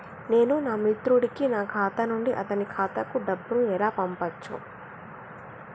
నేను నా మిత్రుడి కి నా ఖాతా నుండి అతని ఖాతా కు డబ్బు ను ఎలా పంపచ్చు?